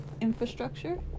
infrastructure